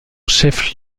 chef